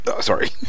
Sorry